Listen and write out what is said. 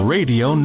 Radio